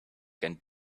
can